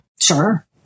Sure